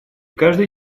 каждый